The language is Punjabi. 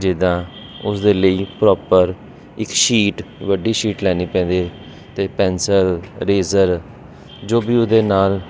ਜਿੱਦਾਂ ਉਸਦੇ ਲਈ ਪ੍ਰੋਪਰ ਇੱਕ ਸ਼ੀਟ ਵੱਡੀ ਸ਼ੀਟ ਲੈਣੀ ਪੈਂਦੀ ਅਤੇ ਪੈਨਸਲ ਰੇਜਰ ਜੋ ਵੀ ਉਹਦੇ ਨਾਲ